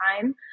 time